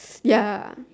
ya